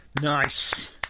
Nice